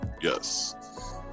Yes